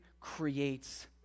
creates